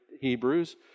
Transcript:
Hebrews